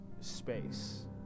space